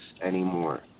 anymore